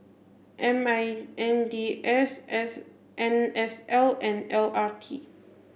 M I N D S S N S L and L R T